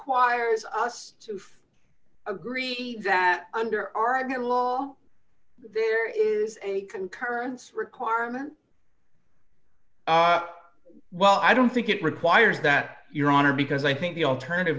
uires us to agree that under our get law there is a concurrence requirement well i don't think it requires that your honor because i think the alternative